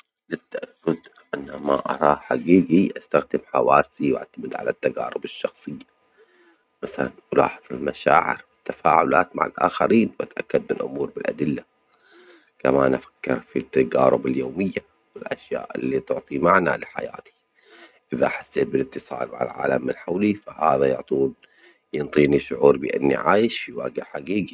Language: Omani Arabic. للتأكد أن ما أراه حجيجي استخدم حواسي وأعتمد على التجارب الشخصية مثلا ملاحظة المشاعر والتفاعلات مع الآخرين وأتأكد من الأمور بالأدلة كمان أفكر في التجارب اليومية والأشياء اللي تعطي معنى لحياتي إذا حسيت بالاتصال مع العالم من حولي فهذا عطول يعطيني شعور بأني عايش بوجه حجيجي.